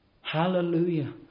Hallelujah